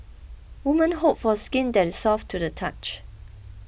women hope for skin that is soft to the touch